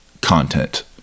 content